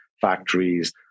factories